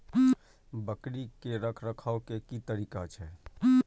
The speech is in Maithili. बकरी के रखरखाव के कि तरीका छै?